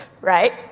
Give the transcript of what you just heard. right